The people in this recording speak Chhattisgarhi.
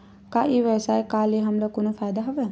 का ई व्यवसाय का ले हमला कोनो फ़ायदा हवय?